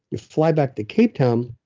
you fly back to cape town.